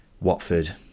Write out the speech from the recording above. Watford